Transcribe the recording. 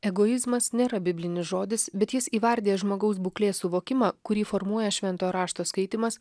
egoizmas nėra biblinis žodis bet jis įvardija žmogaus būklės suvokimą kurį formuoja švento rašto skaitymas